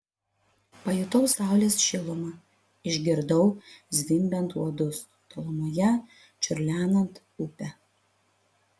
pajutau saulės šilumą išgirdau zvimbiant uodus tolumoje čiurlenant upę